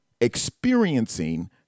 experiencing